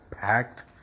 packed